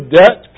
debt